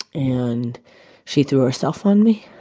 and she threw herself on me